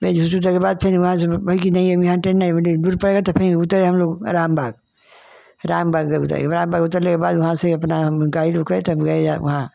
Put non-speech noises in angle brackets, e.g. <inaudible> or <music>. फिर झूसी उतरने के बाद फिर वहाँ से भई की नहीं हम यहाँ टेन नहीं <unintelligible> दूर पड़ेगा तो फिर उतरे हम लोग रामबाग रामबाग जब उतरे रामबाग उतरने के बाद वहाँ से अपना हम गाड़ी रोके तब गए वहाँ